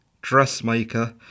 dressmaker